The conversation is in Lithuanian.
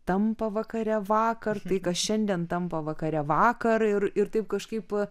tampa vakare vakar tai kas šiandien tampa vakare vakar ir ir taip kažkaip